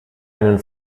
einen